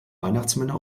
weihnachtsmänner